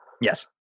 Yes